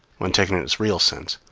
when taken in its real sense,